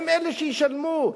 הם שישלמו.